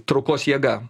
traukos jėga